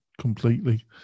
completely